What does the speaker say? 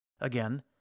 Again